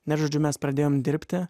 na žodžiu mes pradėjom dirbti